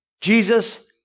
Jesus